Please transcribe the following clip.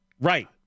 Right